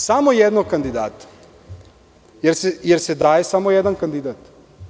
Samo jednog kandidata, jer se daje samo jedan kandidat.